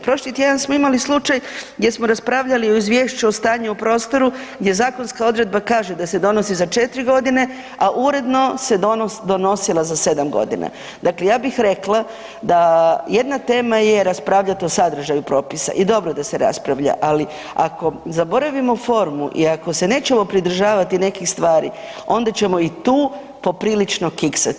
Prošli tjedan smo imali slučaj gdje smo raspravljali o izvješću o stanju u prostoru gdje zakonska odredba kaže da se donosi za 4.g., a uredno se donosila za 7.g. Dakle, ja bih rekla da jedna tema je raspravljat o sadržaju propisa i dobro da se raspravlja, ali ako zaboravimo formu i ako se nećemo pridržavati nekih stvari onda ćemo i tu poprilično kiksati.